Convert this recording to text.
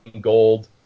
gold